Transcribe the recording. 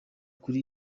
kuri